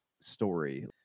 story